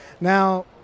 Now